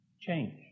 change